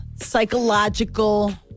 psychological